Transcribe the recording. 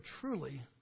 truly